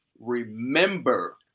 remember